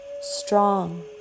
strong